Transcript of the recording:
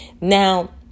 Now